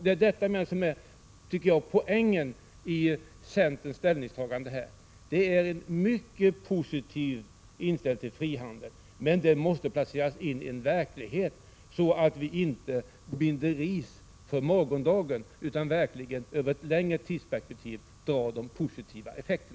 Det är detta som enligt min mening är poängen i centerns ställningstagande. Vi har en mycket positiv inställning till frihandeln, men den måste placeras in i en verklighet, så att vi inte binder ris åt egen rygg för morgondagen utan ser de positiva effekterna i ett längre tidsperspektiv.